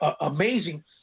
amazing